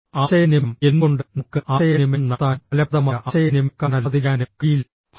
ആശയവിനിമയം എന്തുകൊണ്ട് നമുക്ക് ആശയവിനിമയം നടത്താനും ഫലപ്രദമായ ആശയവിനിമയക്കാരനല്ലാതിരിക്കാനും കഴിയില്ല